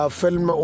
film